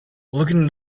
looking